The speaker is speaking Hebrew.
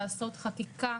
לעשות חקיקה,